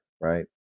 right